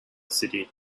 city